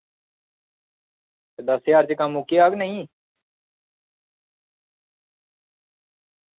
दस ज्हार च कम्म मुक्की जाह्ग नेईं